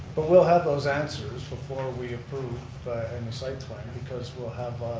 but we'll have those answers before we approve the site plan because we'll have